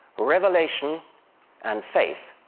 revelation and faith,